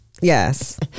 Yes